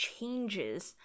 changes